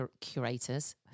curators